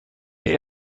der